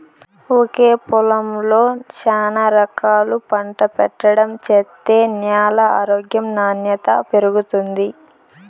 ఒకే పొలంలో శానా రకాలు పంట పెట్టడం చేత్తే న్యాల ఆరోగ్యం నాణ్యత పెరుగుతుంది